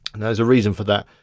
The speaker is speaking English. and there's a reason for that.